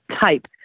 type